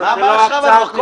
אבל זה לא הקצאת מכסות.